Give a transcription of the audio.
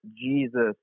Jesus